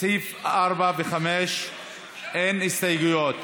לסעיפים 4 ו-5 אין הסתייגויות.